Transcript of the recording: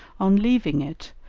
on leaving it,